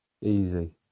Easy